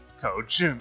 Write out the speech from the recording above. coach